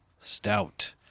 Stout